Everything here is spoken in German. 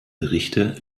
berichte